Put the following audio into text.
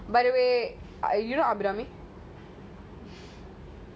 by the way you know abram